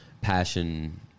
passion